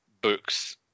books